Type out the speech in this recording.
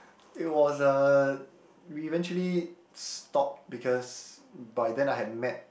it was uh we eventually stopped because by then I had met